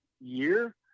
year